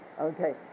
Okay